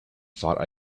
thought